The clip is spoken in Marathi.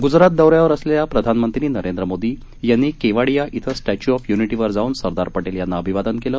गूजरात दौऱ्यावर असलेल्या प्रधानमंत्री नरेंद्र मोदी यांनी केवाडिया इथं स्टॅच्यू ऑफ यूनिटी वर जाऊन सरदार पटेल यांना अभिवादन केलं